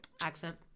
accent